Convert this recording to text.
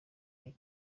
gihe